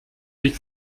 sich